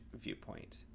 viewpoint